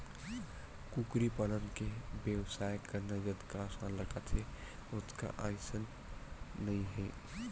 कुकरी पालन के बेवसाय करना जतका असान लागथे ओतका असान नइ हे